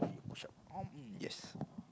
yes